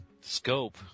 scope